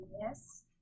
Yes